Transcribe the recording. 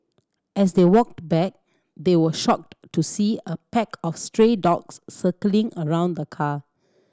as they walked back they were shocked to see a pack of stray dogs circling around the car